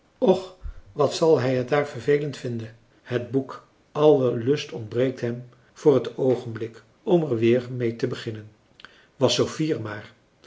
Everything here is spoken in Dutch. och wat zal hij het daar vervelend vinden het boek alle lust ontbreekt hem voor het oogenblik om er weer mee te beginnen was sophie er maar